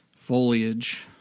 foliage